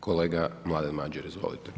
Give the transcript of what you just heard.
Kolega Mladen Madjer, izvolite.